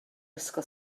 ysgol